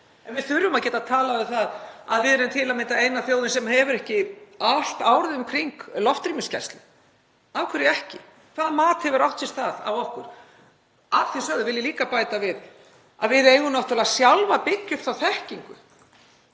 En við þurfum að geta talað um það að við erum til að mynda eina þjóðin sem hefur ekki allt árið um kring loftrýmisgæslu. Af hverju ekki? Hvaða mat hefur átt sér stað á okkur? Að því sögðu vil ég líka bæta við að við eigum náttúrlega sjálf að byggja upp þekkingu